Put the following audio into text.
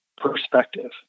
perspective